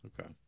Okay